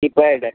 keypad है